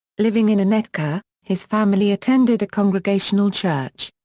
living in winnetka, his family attended a congregational church.